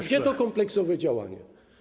Gdzie to kompleksowe działanie?